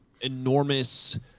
enormous